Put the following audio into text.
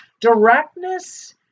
Directness